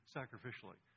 sacrificially